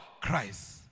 Christ